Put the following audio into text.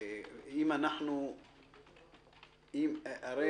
אני אומר